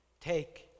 take